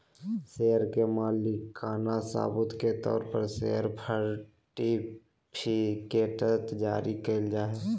share के मालिकाना सबूत के तौर पर शेयर सर्टिफिकेट्स जारी कइल जाय हइ